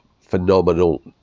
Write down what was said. phenomenal